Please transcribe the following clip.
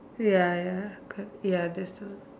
ya ya cor ya that's the one